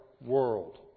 world